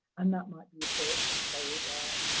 and that might be a book or a